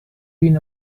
been